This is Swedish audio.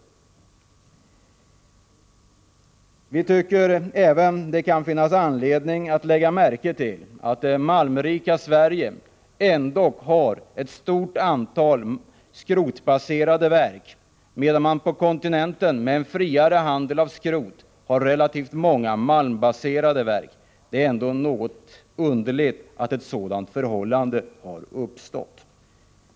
Det kan även finnas anledning att lägga märke till att det malmrika Sverige har ett stort antal skrotbaserade verk, medan man på kontinenten med en friare handel med skrot har relativt många malmbaserade verk. Det är något märkligt att ett sådant förhållande har uppstått.